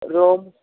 rom